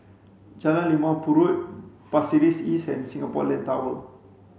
Jalan Limau Purut Pasir Ris East and Singapore Land Tower